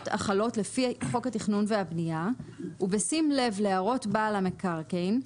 החלות לפי חוק התכנון והבנייה ובשים לב להערות בעל המקרקעין,